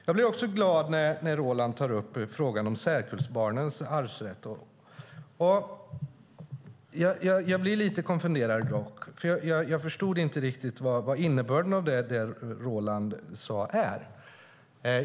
Jag blir också glad när Roland tar upp frågan om särkullbarnens arvsrätt. Jag blir lite konfunderad dock, för jag förstod inte riktigt vad innebörden av det Roland sade är.